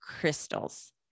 crystals